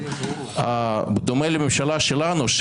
בדומה לממשלה שלנו,